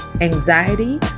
anxiety